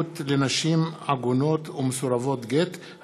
עברה בקריאה